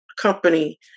company